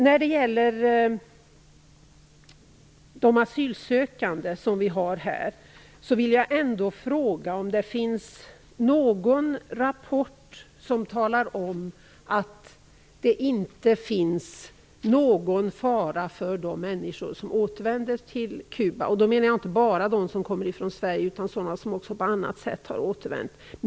När det gäller de asylsökande som är här vill jag fråga om det finns någon rapport som talar om att det inte är någon fara för de människor som återvänder till Kuba. Då menar jag inte bara de som kommer från Sverige, utan också sådana som på annat sätt har återvänt.